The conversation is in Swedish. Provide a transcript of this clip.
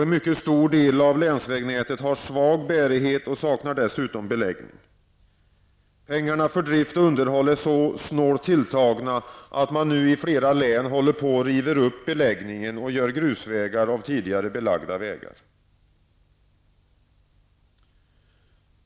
En mycket stor del av länsvägnätet har svag bärighet och saknar dessutom beläggning. Pengarna för drift och underhåll är så snålt tilltagna att man nu i flera län håller på att riva upp beläggningen och göra grusvägar av tidigare belagda vägar.